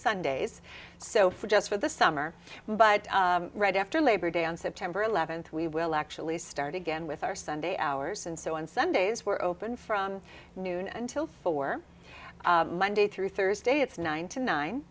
sundays so just for the summer but right after labor day on september eleventh we will actually start again with our sunday hours and so on sundays were open from noon until four monday through thursday it's ninety nine